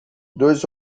dois